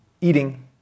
eating